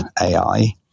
AI